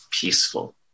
peaceful